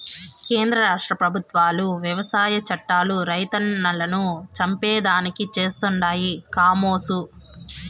కేంద్ర రాష్ట్ర పెబుత్వాలు వ్యవసాయ చట్టాలు రైతన్నలను చంపేదానికి చేస్తండాయి కామోసు